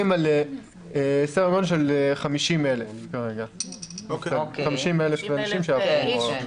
על סדר גודל של 50,000 אנשים שיעברו את ההכשרות.